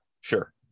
Sure